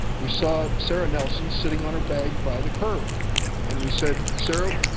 we saw sara nelson sitting on her bag by the curb and we said sara,